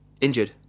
injured